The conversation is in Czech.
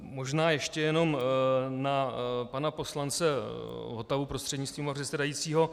Možná ještě jenom na pana poslance Votavu prostřednictvím pana předsedajícího.